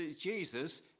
Jesus